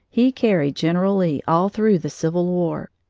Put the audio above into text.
he carried general lee all through the civil war.